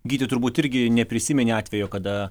gyti turbūt irgi neprisimeni atvejo kada